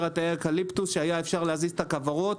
יותר אקליפטוס שהיה אפשר להזיז את הכוורות.